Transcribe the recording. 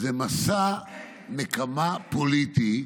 זה מסע נקמה פוליטי.